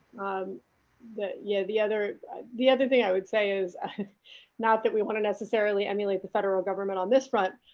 um the yeah the other the other thing i would say is not that we want to necessaryily emulate the federal government on this front,